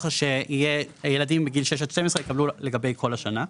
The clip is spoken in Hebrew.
ככה שיהיה ילדים בגיל 6 עד 12 יקבלו לגבי כל השנה.